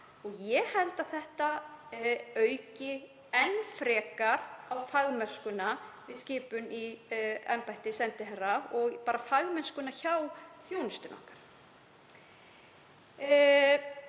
Ég held að þetta auki enn frekar á fagmennskuna við skipun í embætti sendiherra og bara fagmennskuna í þjónustu okkar.